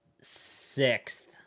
sixth